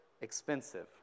expensive